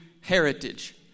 heritage